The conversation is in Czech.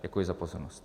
Děkuji za pozornost.